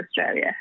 Australia